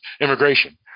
immigration